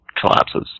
collapses